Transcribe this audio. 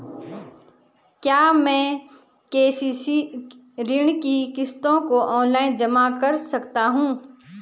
क्या मैं के.सी.सी ऋण की किश्तों को ऑनलाइन जमा कर सकता हूँ?